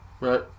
right